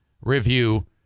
review